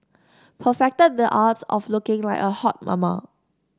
perfected the art of looking like a hot mama